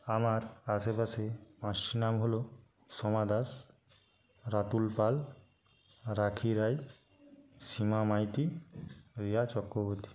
আমার আশেপাশে পাঁচটি নাম হলো সোমা দাস রাতুল পাল রাখি রায় সীমা মাইতি রিয়া চক্রবর্তী